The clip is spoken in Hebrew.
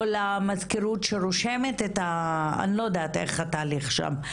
או למזכירות שרושמת את ה- אני לא יודעת איך התהליך שם,